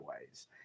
ways